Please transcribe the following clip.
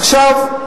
עכשיו,